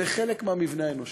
זה חלק מהמבנה האנושי,